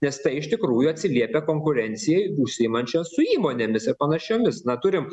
nes tai iš tikrųjų atsiliepia konkurencijai užsiimančia su įmonėmis ir panašiomis na turim